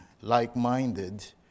like-minded